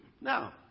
Now